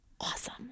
awesome